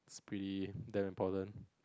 it's pretty damn important